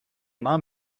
non